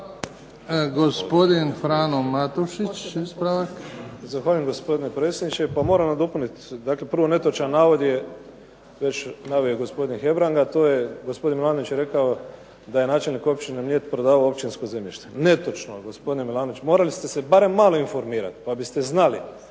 (HDZ)** Gospodin Frano Matušić